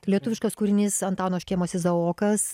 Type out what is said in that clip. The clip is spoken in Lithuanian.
lietuviškas kūrinys antano škėmos izaokas